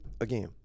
again